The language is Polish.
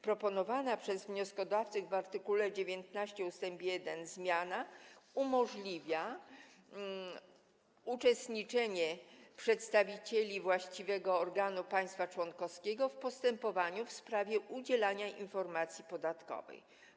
Proponowana przez wnioskodawcę w art. 19 ust. 1 zmiana umożliwia uczestniczenie przedstawicieli właściwego organu państwa członkowskiego w postępowaniu w sprawie udzielania informacji podatkowych.